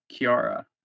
Kiara